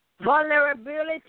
Vulnerability